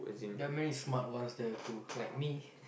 there are many smart ones there too like me